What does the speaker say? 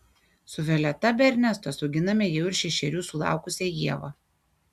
su violeta be ernestos auginame jau ir šešerių sulaukusią ievą